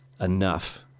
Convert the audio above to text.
enough